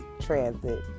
transit